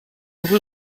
rue